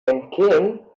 entgehen